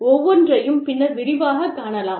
ஒவ்வொன்றையும் பின்னர் விரிவாகக் காணலாம்